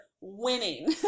winning